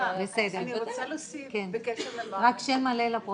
אני רוצה להוסיף בקשר ל --- רק שם מלא לפרוטוקול.